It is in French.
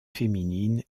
féminine